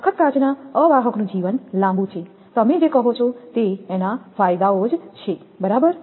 સખત કાચના અવાહક નું જીવન લાંબું છે તમે જે કહો છો તે એના ફાયદાઓ જ છે બરાબર